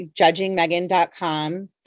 judgingmegan.com